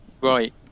Right